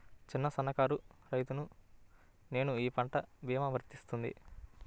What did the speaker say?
చిన్న సన్న కారు రైతును నేను ఈ పంట భీమా వర్తిస్తుంది?